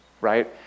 right